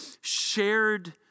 shared